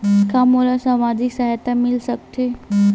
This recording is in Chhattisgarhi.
का मोला सामाजिक सहायता मिल सकथे?